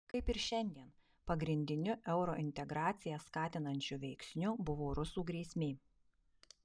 kaip ir šiandien pagrindiniu eurointegraciją skatinančiu veiksniu buvo rusų grėsmė